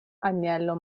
agnello